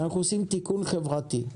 אנחנו עושים תיקון חברתי.